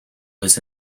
was